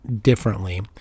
differently